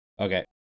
Okay